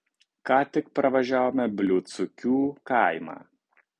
ką tik pravažiavome bliūdsukių kaimą